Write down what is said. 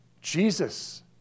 Jesus